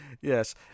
Yes